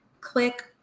click